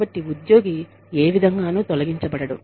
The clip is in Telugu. కాబట్టి ఉద్యోగి ఏ విధంగానూ తొలగించబడడు